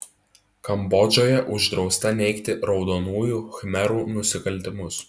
kambodžoje uždrausta neigti raudonųjų khmerų nusikaltimus